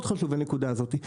הנקודה הזאת מאוד חשובה.